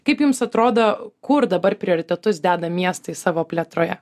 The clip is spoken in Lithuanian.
kaip jums atrodo kur dabar prioritetus deda miestai savo plėtroje